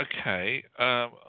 Okay